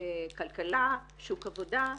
כלכלה, שוק עבודה,